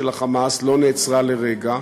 של ה"חמאס" לא נעצרה לרגע.